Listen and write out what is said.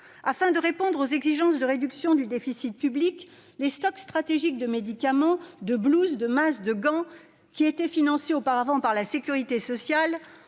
Afin de répondre aux exigences de réduction du déficit public, les stocks stratégiques de médicaments, de blouses, de masques, de gants- auparavant financés par la sécurité sociale